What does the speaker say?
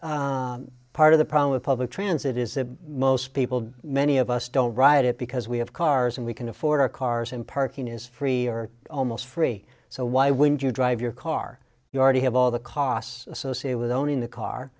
but part of the problem with public transit is that most people many of us don't ride it because we have cars and we can afford our cars and parking is free or almost free so why wouldn't you drive your car you already have all the costs associated with owning a car